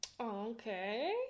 Okay